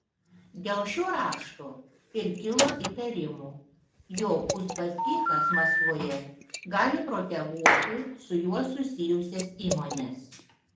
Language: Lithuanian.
dėl šio rašto ir kilo įtarimų jog uspaskichas maskvoje gali proteguoti su juo susijusias įmones